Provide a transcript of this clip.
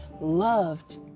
loved